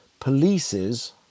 polices